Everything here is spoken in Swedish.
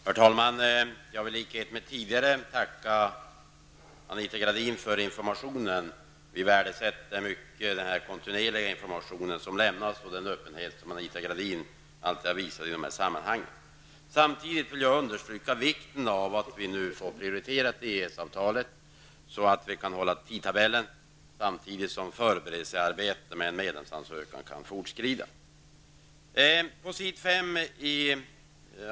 Herr talman! Jag vill i likhet med tidigare talare tacka Anita Gradin för informationen. Vi värdesätter mycket denna kontinuerliga information som lämnas och den öppenhet som Anita Gradin alltid har visat i dessa sammanhang. Samtidigt vill jag understryka vikten av att vi nu prioriterar EG-samtalen så att vi kan hålla tidtabellen på samma gång som förberedelsearbetet med en medlemsansökan kan fortskrida.